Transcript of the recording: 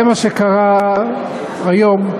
זה מה שקרה היום,